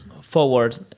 forward